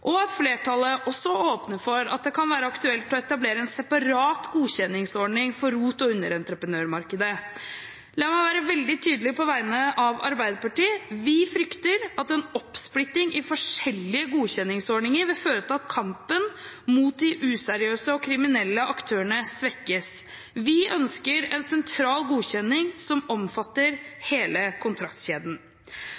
og at flertallet også åpner for at det kan være aktuelt å etablere en separat godkjenningsordning for ROT- og underentreprenørmarkedet. La meg være veldig tydelig på vegne av Arbeiderpartiet: Vi frykter at en oppsplitting i forskjellige godkjenningsordninger vil føre til at kampen mot de useriøse og kriminelle aktørene svekkes. Vi ønsker en sentral godkjenning som omfatter hele